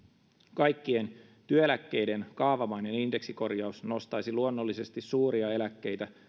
kaikkien työeläkkeiden kaavamainen indeksikorjaus nostaisi luonnollisesti suuria eläkkeitä